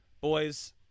Boys